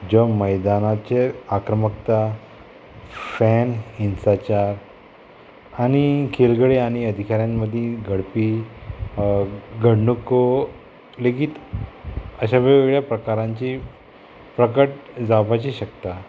ज्यो मैदानाचेर आक्रमकता फॅन हिंसाचार आनी खेळगडे आनी अधिकाऱ्यां मदीं घडपी घडणुको लेगीत अश्या वेगवेगळ्या प्रकारांची प्रकट जावपाची शकता